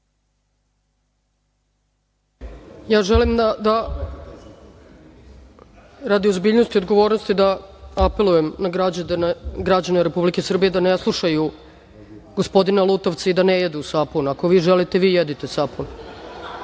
Želim da, radi ozbiljnosti i odgovornosti, apelujem na građane Republike Srbije da ne slušaju gospodina Lutovca i da ne jedu sapun. Ako vi želite, vi jedite sapun. Reč